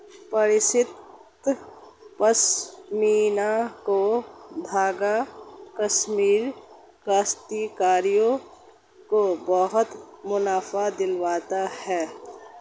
परिष्कृत पशमीना का धागा कश्मीरी काश्तकारों को बहुत मुनाफा दिलवाता है